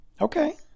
Okay